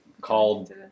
called